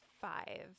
five